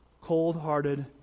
cold-hearted